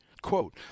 Quote